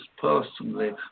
personally